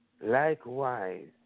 likewise